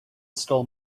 stole